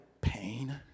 pain